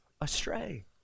astray